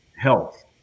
health